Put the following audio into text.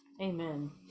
amen